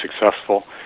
successful